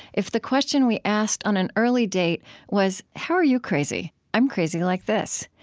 if the question we asked on an early date was, how are you crazy? i'm crazy like this,